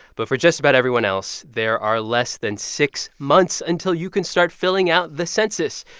but for just about everyone else, there are less than six months until you can start filling out the census.